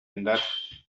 ändert